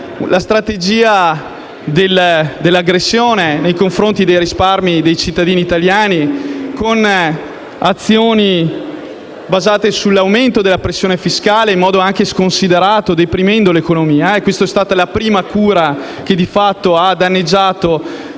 la strategia dell'aggressione nei confronti dei risparmi dei cittadini italiani, con azioni basate sull'aumento della pressione fiscale anche in modo sconsiderato, deprimendo l'economia. Questa è stata la prima cura che, di fatto, ha danneggiato